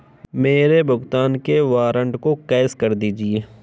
मेरे भुगतान के वारंट को कैश कर दीजिए